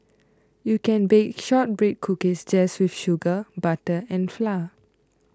you can bake Shortbread Cookies just with sugar butter and flour